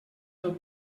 del